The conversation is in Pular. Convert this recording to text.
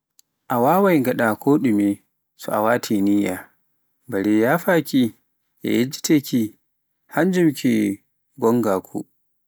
A wawai ngaɗa ko ɗume so a waati niyya, bare yafaaki e yejjitde hannjum ke goongaku